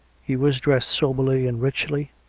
he was dressed soberly and richly,